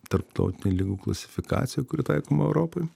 tarptautinėj ligų klasifikacijoj kuri taikoma europoj